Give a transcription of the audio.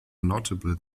notably